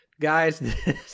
Guys